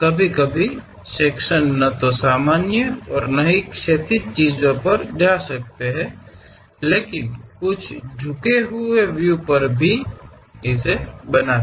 ಕೆಲವೊಮ್ಮೆ ವಿಭಾಗಗಳು ಸಾಮಾನ್ಯವಾಗಿರುವುದಿಲ್ಲ ಅಥವಾ ಈ ಸಮತಲವಾದ ವಿಷಯಗಳ ಮೇಲೆ ಹೋಗುವುದಿಲ್ಲ ಆದರೆ ಕೆಲವು ಬಾಗಿದ ರೀತಿಯ ವೀಕ್ಷಣೆಗಳು ಸಹ ಇದನ್ನು ಮಾಡಬಹುದು